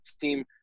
team